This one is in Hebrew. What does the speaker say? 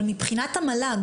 אבל מבחינת המל"ג,